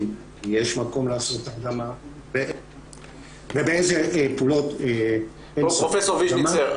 יש מקום לעשות הרדמה ובאילו פעולות צריך לעשות הרדמה.